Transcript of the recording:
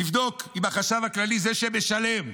תבדוק עם החשב הכללי, זה שמשלם.